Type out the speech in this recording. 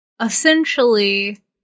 essentially